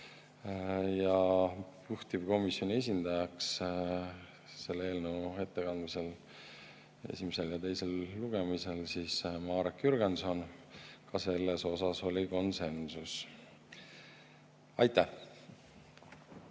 Juhtivkomisjoni esindajaks selle eelnõu ettekandmisel esimesel ja teisel lugemisel sai Marek Jürgenson, ka selles osas oli konsensus. Aitäh!